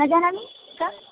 न जानामि का